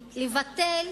לבטל